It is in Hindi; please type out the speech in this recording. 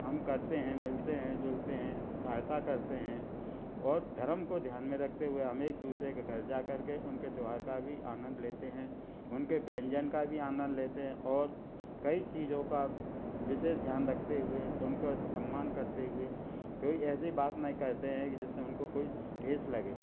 हम करते हैं मिलते हैं जुलते हैं सहायता करते हैं और धरम को ध्यान में रखते हुए हम एक दूसरे के घर जाकर के उनके त्योहार का भी आनंद लेते हैं उनके व्यंजन का भी आंनद लेते हैं और कई चीजों का विशेष ध्यान रखते हुए उनको सम्मान करते हुए कोई ऐसी बात नहीं करते हैं कि जिससे उनको कोई ठेस लगे